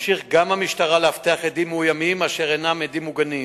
תמשיך גם המשטרה לאבטח עדים מאוימים אשר אינם עדים מוגנים.